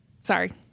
sorry